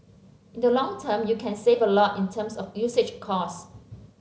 in the long term you can save a lot in terms of usage cost